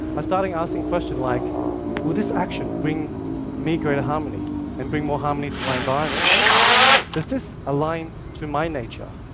i started asking questions like will this action bring me greater harmony and bring more harmony to my environment? does this align with my nature?